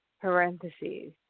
parentheses